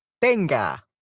Tenga